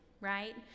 right